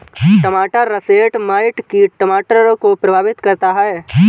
टमाटर russet mite कीट टमाटर को प्रभावित करता है